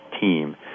team